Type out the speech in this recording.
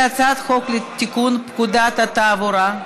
גברתי היושבת-ראש,